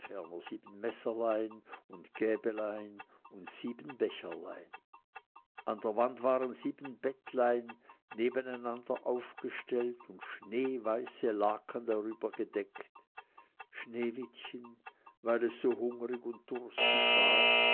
sieben messerlein und gäblein und sieben becherlein an der wand waren sieben bettlein nebeneinander aufgestellt und schneeweiße laken darüber gedeckt sneewittchen weil es so hungrig und durstig war